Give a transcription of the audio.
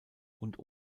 und